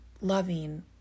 loving